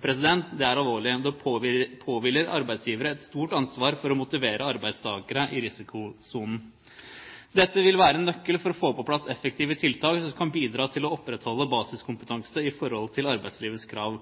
Det er alvorlig, og det påhviler arbeidsgiver et stort ansvar for å motivere arbeidstakere i risikosonen. Dette vil være en nøkkel for å få på plass effektive tiltak som kan bidra til å opprettholde basiskompetanse i forhold til arbeidslivets krav.